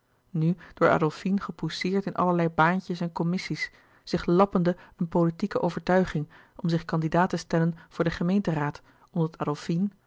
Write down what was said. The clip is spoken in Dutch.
nu door adolfine gepousseerd in allerlei baantjes en commissie's zich lappende louis couperus de boeken der kleine zielen een politieke overtuiging om zich candidaat te stellen voor den gemeenteraad omdat